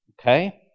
Okay